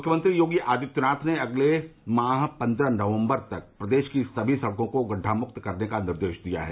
मुख्यमंत्री योगी आदित्यनाथ ने अगले माह पंद्रह नवंबर तक प्रदेश की सभी सड़कों को गड़ढामुक्त करने का निर्देश दिया है